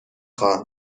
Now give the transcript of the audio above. خواهم